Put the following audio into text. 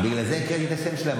בגלל זה הקראתי את השם שלהם.